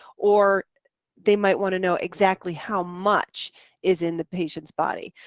or they might want to know exactly how much is in the patient's body.